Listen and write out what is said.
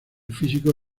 físico